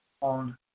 on